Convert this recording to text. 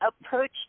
approach